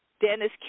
Dennis